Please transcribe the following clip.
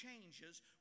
changes